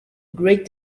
great